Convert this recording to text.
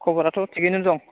खबराथ' थिखयैनो दं